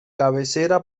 cabecera